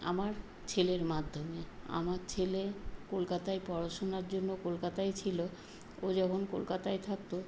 আমার ছেলের মাধ্যমে আমার ছেলে কলকাতায় পড়াশোনার জন্য কলকাতায় ছিলো ও যখন কলকাতায় থাকতো